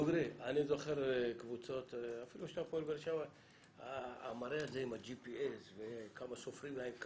אני זוכר קבוצות עם המראה של הג'י.פי.אס וכמה סופרים להם,